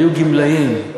היו גמלאים,